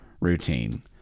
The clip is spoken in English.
routine